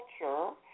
culture